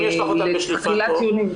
אם יש לך אותם בשליפה טוב,